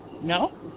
No